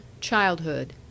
Childhood